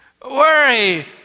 Worry